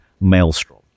maelstrom